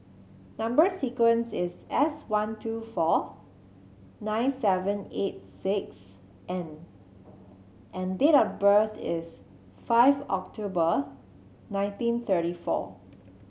number sequence is S one two four nine seven eight six N and date of birth is five October nineteen thirty four